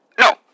No